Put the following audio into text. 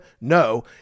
No